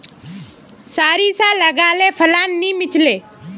सारिसा लगाले फलान नि मीलचे?